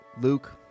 Luke